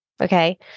Okay